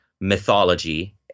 mythology